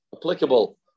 applicable